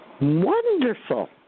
Wonderful